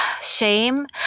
shame